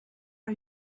are